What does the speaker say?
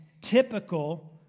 typical